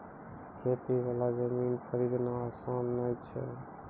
खेती वाला जमीन खरीदना आसान नय छै